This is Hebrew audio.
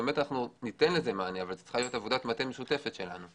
אנחנו ניתן לזה מענה אבל זאת צריכה להיות עבודת מטה משותפת שלנו.